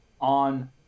on